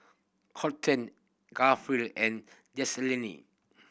Colten Garfield and Jaslene